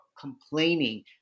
complaining